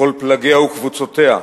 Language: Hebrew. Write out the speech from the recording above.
לכל פלגיה וקבוצותיה,